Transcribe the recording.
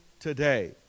Today